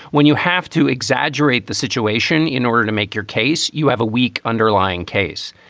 when you have to exaggerate the situation in order to make your case, you have a weak underlying case.